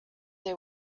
they